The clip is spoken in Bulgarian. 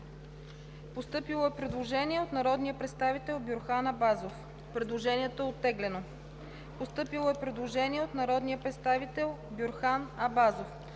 постъпило предложение от народния представител Бюрхан Абазов, което е оттеглено. Постъпило е предложение от народния представител Бюрхан Абазов,